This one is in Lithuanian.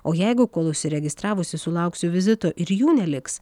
o jeigu kol užsiregistravusi sulauksiu vizito ir jų neliks